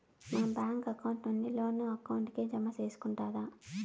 మా bank account నుండి loan account కి జామ సేసుకుంటారా?